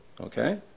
Okay